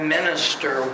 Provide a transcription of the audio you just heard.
minister